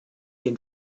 den